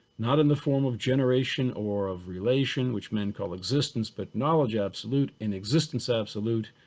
not in the form of generation or of relation which men call existence but knowledge absolute in existence absolute.